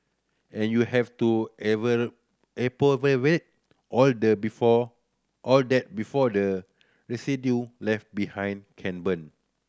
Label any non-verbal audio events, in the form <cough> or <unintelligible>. and you have to ever <unintelligible> all the before all that before the residue left behind can burn